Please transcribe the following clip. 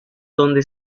donde